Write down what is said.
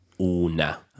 una